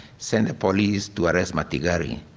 sent the police to arrest matigari,